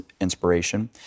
inspiration